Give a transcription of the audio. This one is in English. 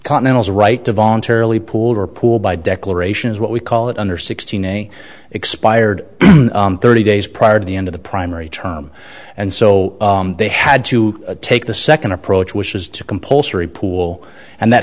continentals right to voluntarily pool our pool by declaration is what we call it under sixteen a expired thirty days prior to the end of the primary term and so they had to take the second approach which is to compulsory pool and that